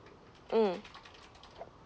mm